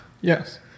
Yes